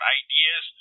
ideas